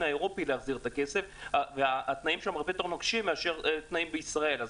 האירופי להחזיר את הכסף והתנאים שם הרבה יותר נוקשים מאשר התנאים בישראל.